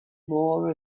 more